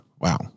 Wow